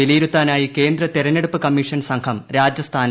വിലയിരുത്താനായി കേന്ദ്ര തെരഞ്ഞെടുപ്പ് കമ്മീഷൻ സംഘം രാജസ്ഥാനിലെത്തി